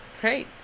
great